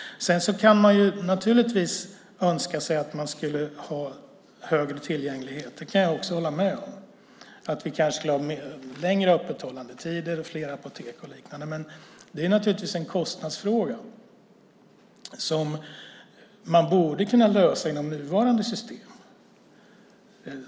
Man kan naturligtvis önska sig att man skulle ha högre tillgänglighet. Det kan jag hålla med om. Vi kanske skulle ha längre öppethållandetider och fler apotek, men det är en kostnadsfråga. Det borde man kunna lösa inom nuvarande system.